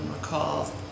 recall